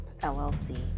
LLC